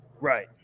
right